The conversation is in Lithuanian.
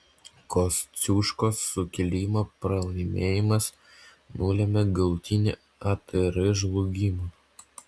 kosciuškos sukilimo pralaimėjimas nulėmė galutinį atr žlugimą